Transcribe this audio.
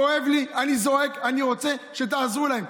כואב לי, אני זועק, אני רוצה שתעזרו להם.